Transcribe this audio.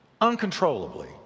uncontrollably